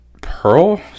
pearl